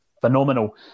phenomenal